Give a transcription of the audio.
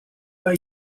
pas